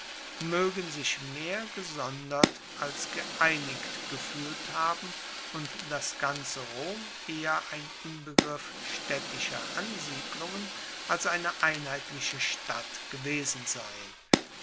moegen sich mehr gesondert als geeinigt gefuehlt haben und das ganze rom eher ein inbegriff staedtischer ansiedlungen als eine einheitliche stadt gewesen sein